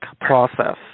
process